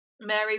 Mary